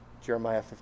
Jeremiah